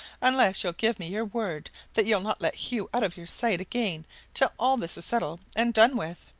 unless you'll give me your word that you'll not let hugh out of your sight again till all this is settled and done with!